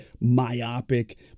myopic